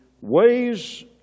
Ways